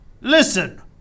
Listen